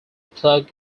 plug